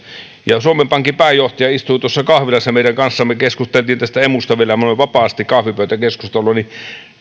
ja suomen pankin pääjohtaja istui tuossa kahvilassa meidän kanssamme kun keskustelimme tästä emusta vielä meillä oli vapaasti kahvipöytäkeskustelu niin